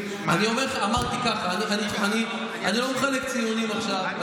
אמרתי ככה: אני לא מחלק ציונים עכשיו,